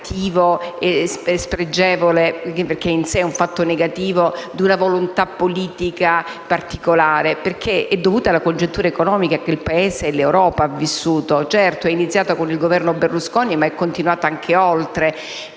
cattivo e spregevole - perché in sé è un fatto negativo - di una volontà politica particolare, ma essa è dovuta alla congiuntura economica che il Paese e l'Europa hanno vissuto. Certo, è cominciata col governo Berlusconi, ma è continuata anche oltre.